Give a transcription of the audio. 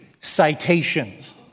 citations